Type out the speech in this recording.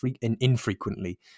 infrequently